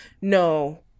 no